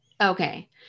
Okay